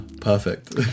perfect